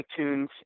iTunes